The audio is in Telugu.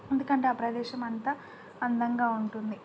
ఎందుకంటే ఆ ప్రదేశం అంతా అందంగా ఉంటుంది